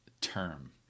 term